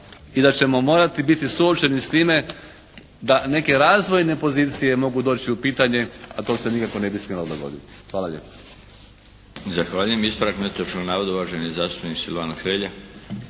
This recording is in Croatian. i da ćemo morati biti suočeni s time da neke razvojne pozicije mogu doći u pitanje, a to se nikako ne bi smjelo dogoditi. Hvala lijepa.